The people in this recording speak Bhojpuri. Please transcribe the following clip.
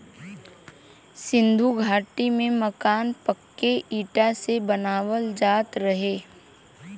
सिन्धु घाटी में मकान पक्के इटा से बनावल जात रहे